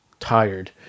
tired